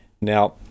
Now